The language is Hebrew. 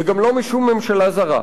וגם לא משום ממשלה זרה.